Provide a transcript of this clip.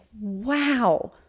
wow